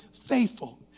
faithful